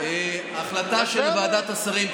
ההחלטה של ועדת השרים,